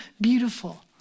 beautiful